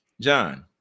John